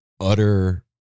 utter